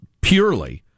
purely